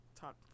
talk